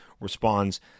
responds